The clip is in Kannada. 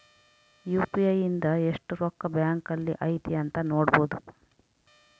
ಯು.ಪಿ.ಐ ಇಂದ ಎಸ್ಟ್ ರೊಕ್ಕ ಬ್ಯಾಂಕ್ ಅಲ್ಲಿ ಐತಿ ಅಂತ ನೋಡ್ಬೊಡು